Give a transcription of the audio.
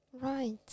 Right